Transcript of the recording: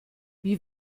wie